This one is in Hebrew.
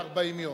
הרבה מעל 40 יום.